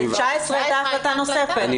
ב-2019 הייתה החלטה נוספת.